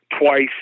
twice